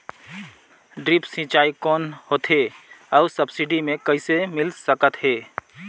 Drip सिंचाई कौन होथे अउ सब्सिडी मे कइसे मिल सकत हे?